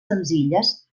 senzilles